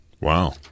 Wow